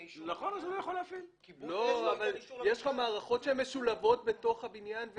יש לך מערכות שמשולבות בתוך הבניין.